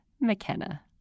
McKenna